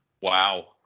Wow